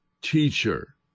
teacher